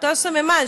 אותו הסממן,